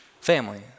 family